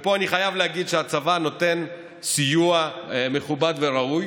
ופה אני חייב להגיד שהצבא נותן סיוע מכובד וראוי,